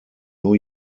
new